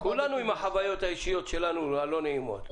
כולנו עם החוויות האישיות שלנו, הלא נעימות.